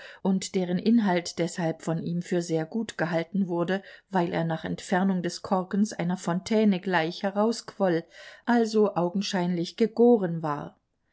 und deren inhalt deshalb von ihm für sehr gut gehalten wurde weil er nach entfernung des korkes einer fontäne gleich herausquoll also augenscheinlich gegoren war